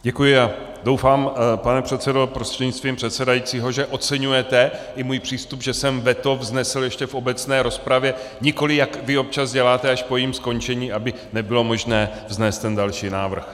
Děkuji a doufám, pane předsedo prostřednictvím předsedajícího, že oceňujete i můj přístup, že jsem veto vznesl ještě v obecné rozpravě, nikoliv, jak vy občas děláte, až po jejím skončení, aby nebylo možné vznést ten další návrh.